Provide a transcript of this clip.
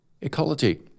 Ecology